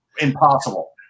impossible